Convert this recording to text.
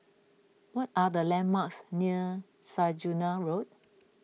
what are the landmarks near Saujana Road